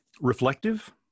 Reflective